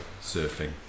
surfing